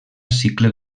cicle